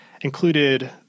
included